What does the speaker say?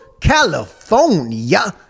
California